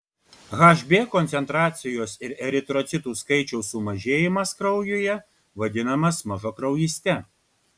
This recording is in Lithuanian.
hb koncentracijos ir eritrocitų skaičiaus sumažėjimas kraujuje vadinamas mažakraujyste